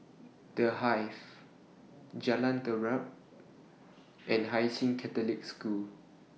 The Hive Jalan Terap and Hai Sing Catholic School